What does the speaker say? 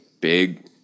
big